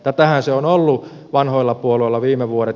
tätähän se on ollut vanhoilla puolueilla viime vuodet